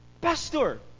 pastor